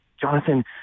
Jonathan